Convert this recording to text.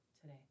today